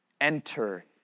enter